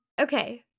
Okay